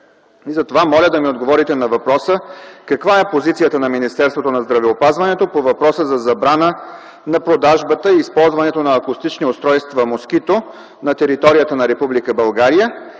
Затова моля да ми отговорите на въпроса: каква е позицията на Министерството на здравеопазването по въпроса за забрана на продажбата и използването на акустични устройства „Москито” на територията на Република